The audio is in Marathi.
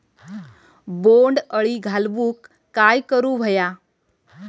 बोंड अळी घालवूक काय करू व्हया?